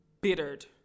bittered